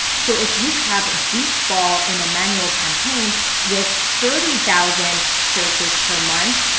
so if you have ah beach ball in a manual campaign with thirty thousand searches per month,